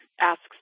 Asks